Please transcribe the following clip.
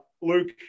Luke